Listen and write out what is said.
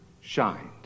shined